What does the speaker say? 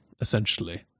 essentially